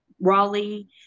Raleigh